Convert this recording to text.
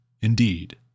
indeed